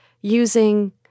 using